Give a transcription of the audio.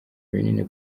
binini